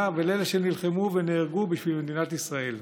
ולאלה שנלחמו ונהרגו בשביל מדינת ישראל.